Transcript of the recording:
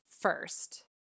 first